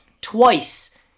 twice